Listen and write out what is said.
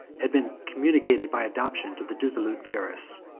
had been communicated by adoption to the dissolute verus,